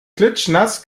klitschnass